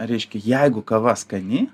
reiškia jeigu kava skani